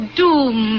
doom